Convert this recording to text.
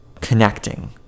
connecting